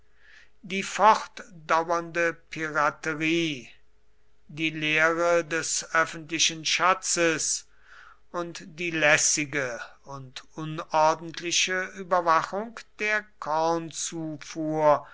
die fortdauernde piraterie die leere des öffentlichen schatzes und die lässige und unordentliche überwachung der